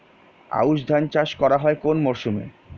আউশ ধান চাষ করা হয় কোন মরশুমে?